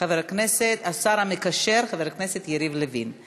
חבר הכנסת יחיאל חיליק בר תומך בהצעת החוק הזאת.